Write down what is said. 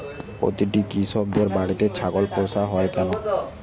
প্রতিটি কৃষকদের বাড়িতে ছাগল পোষা হয় কেন?